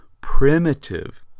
primitive